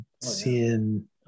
seeing